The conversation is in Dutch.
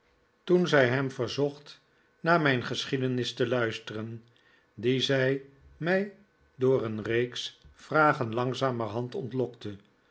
toen zij hem verzocht naar mijn tante lucht haar gemoed mijn geschiedenis te luisteren die zij mij door een reeks vragen langzamerhand ontlokte